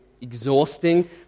exhausting